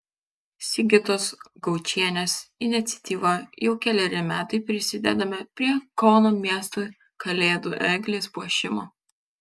sigitos gaučienės iniciatyva jau keleri metai prisidedame prie kauno miesto kalėdų eglės puošimo